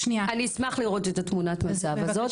אני אשמח לראות את תמונת המצב הזאת,